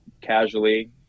casually